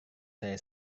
saya